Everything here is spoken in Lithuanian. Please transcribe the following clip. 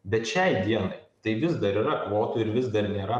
bet šiai dienai tai vis dar yra kvotų ir vis dar nėra